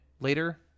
later